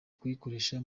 kuyikoresha